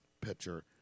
pitcher